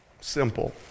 simple